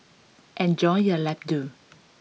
enjoy your Ladoo